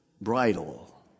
bridle